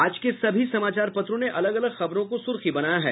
आज के सभी समाचार पत्रों ने अलग अलग खबरों को सुर्खी बनाया है